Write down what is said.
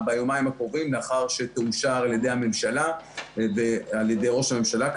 ביומיים הקרובים לאחר שתאושר על ידי הממשלה ועל ידי ראש הממשלה,